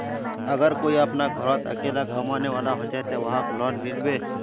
अगर कोई अपना घोरोत अकेला कमाने वाला होचे ते वहाक लोन मिलबे?